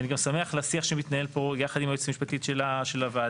אני גם שמח לשיח שמתנהל פה יחד עם היועצת המשפטית של הוועדה,